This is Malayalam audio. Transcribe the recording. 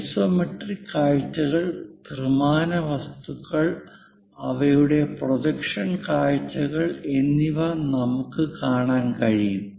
ഐസോമെട്രിക് കാഴ്ചകൾ ത്രിമാന വസ്തുക്കൾ അവയുടെ പ്രൊജക്ഷൻ കാഴ്ചകൾ എന്നിവ നമുക്ക് കാണാൻ കഴിയും